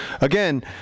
Again